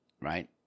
Right